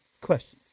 questions